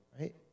right